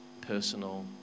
Personal